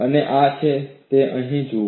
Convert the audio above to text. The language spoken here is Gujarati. અને આ તે છે જે તમે અહીં જુઓ છો